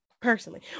personally